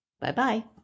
Bye-bye